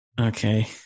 Okay